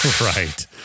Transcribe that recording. Right